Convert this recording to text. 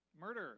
Murder